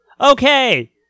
Okay